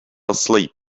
asleep